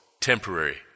temporary